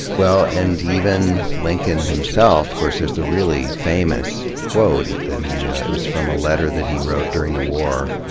well, and even lincoln himself. of course there's the really famous quote that he, it was from a letter that he wrote during the war